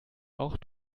auch